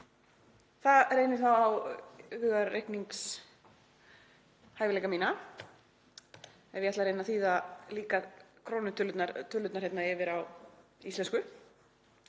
Það reynir þá á hugarreikningshæfileika mína ef ég ætla að reyna að þýða krónutölurnar yfir á íslensku.